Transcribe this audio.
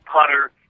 putter